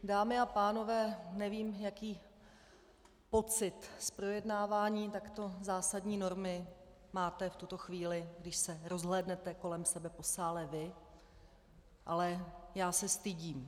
Dámy a pánové, nevím, jaký pocit z projednávání takto zásadní normy máte v tuto chvíli, když se rozhlédnete kolem sebe po sále vy, ale já se stydím.